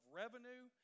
revenue